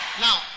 Now